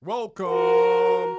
Welcome